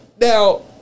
Now